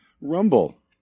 Rumble